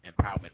Empowerment